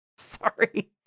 Sorry